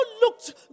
looked